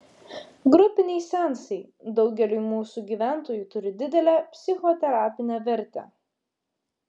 grupiniai seansai daugeliui mūsų gyventojų turi didelę psichoterapinę vertę